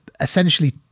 essentially